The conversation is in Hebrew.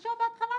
בבקשה בהתחלה,